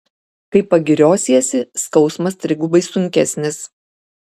kai pagiriosiesi skausmas trigubai sunkesnis